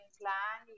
plan